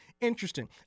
Interesting